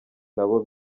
nabo